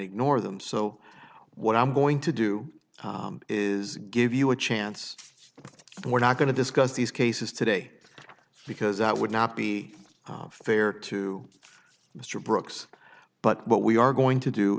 ignore them so what i'm going to do is give you a chance and we're not going to discuss these cases today because that would not be fair to mr brooks but what we are going to do